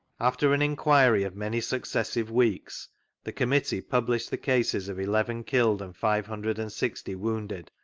after an enquiry of many successive weeks the committeie published the pases of eleven killed and five hundred and sixty wounded,